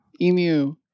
emu